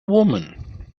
woman